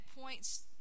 points